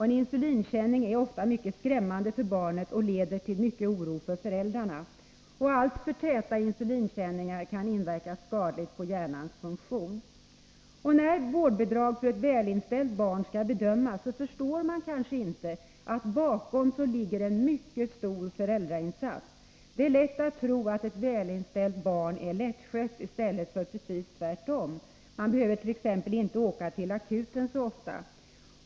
En insulinkänning är ofta mycket skrämmande för barnet och leder till mycken oro för föräldrarna. Alltför täta insulinkänningar kan inverka skadligt på hjärnans funktion. När vårdbidrag för ett välinställt barn skall bedömas, förstår man kanske inte att det bakom ligger en mycket stor föräldrainsats. Det är lätt att tro att ett välinställt barn är lättskött, medan det i stället är precis tvärtom. Man behöver t.ex. inte åka till akuten så ofta.